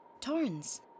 Torrens